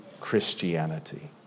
Christianity